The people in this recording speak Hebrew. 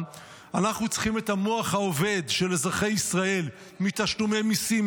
אנחנו צריכים את המוח העובד של אזרחי ישראל מתשלומי מיסים,